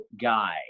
guy